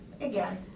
Again